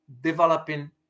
developing